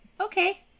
Okay